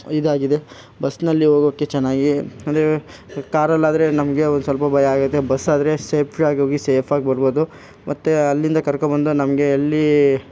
ಇದಾಗಿದೆ ಬಸ್ನಲ್ಲಿ ಹೋಗೋಕೆ ಚೆನ್ನಾಗಿ ಅಂದರೆ ಕಾರಲ್ಲಿ ಆದರೆ ನಮಗೆ ಒಂದು ಸ್ವಲ್ಪ ಭಯ ಆಗುತ್ತೆ ಬಸ್ ಆದರೆ ಸೇಫ್ಟಿಯಾಗಿ ಹೋಗಿ ಸೇಫಾಗಿ ಬರ್ಬೋದು ಮತ್ತು ಅಲ್ಲಿಂದ ಕರ್ಕೊಬಂದು ನಮಗೆ ಅಲ್ಲಿ